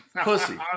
Pussy